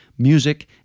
music